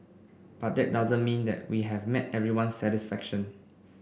but that doesn't mean that we have met everyone satisfaction